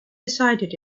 decided